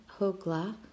Hogla